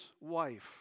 wife